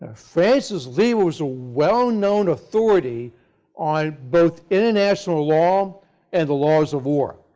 francis lieber was a well-known authority on both international law and the laws of war.